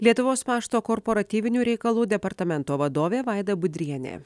lietuvos pašto korporatyvinių reikalų departamento vadovė vaida budrienė